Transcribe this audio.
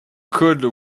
cold